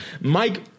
Mike